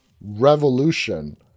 revolution